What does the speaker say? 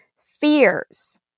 fears